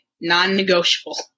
non-negotiable